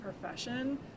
profession